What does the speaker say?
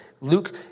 Luke